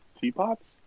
teapots